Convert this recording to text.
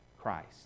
Christ